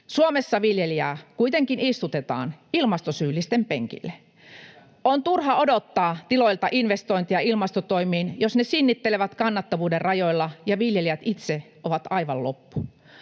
Suomessa viljelijä kuitenkin istutetaan ilmastosyyllisten penkille. On turha odottaa tiloilta investointeja ilmastotoimiin, jos ne sinnittelevät kannattavuuden rajoilla ja viljelijät itse ovat aivan loppu.